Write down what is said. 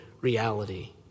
reality